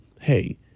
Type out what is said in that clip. hey